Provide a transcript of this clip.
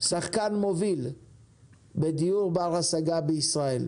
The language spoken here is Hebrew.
שחקן מוביל בדיור בר השגה בישראל.